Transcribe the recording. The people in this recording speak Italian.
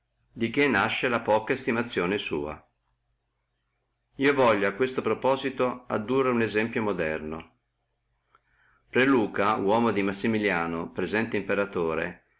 di che ne nasce la poca estimazione sua io voglio a questo proposito addurre uno esemplo moderno pre luca uomo di massimiliano presente imperatore